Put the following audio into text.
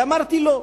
ואמרתי לא.